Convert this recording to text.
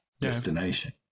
destination